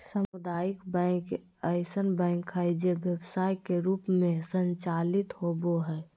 सामुदायिक बैंक ऐसन बैंक हइ जे व्यवसाय के रूप में संचालित होबो हइ